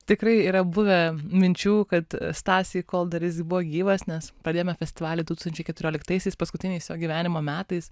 tikrai yra buvę minčių kad stasiui kol dar jis buvo gyvas nes per vieną festivalį du tūkstančiai keturioliktaisiais paskutiniais jo gyvenimo metais